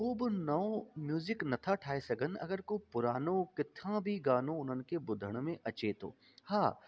को बि नओं म्यूज़िक नथा ठाहे सघनि अगरि कोई पुरानो किथा बि गानो उन्हनि खे ॿुधण में अचे थो हा